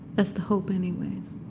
as to hope, anyways